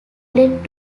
led